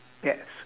yes